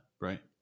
right